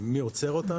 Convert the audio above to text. מי עוצר אותנו?